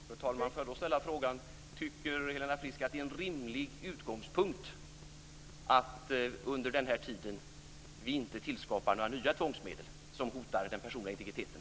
Fru talman! Låt mig då ställa frågan: Tycker Helena Frisk att det är en rimlig utgångspunkt att vi under tiden inte tillskapar några nya tvångsmedel som hotar den personliga integriteten?